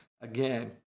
again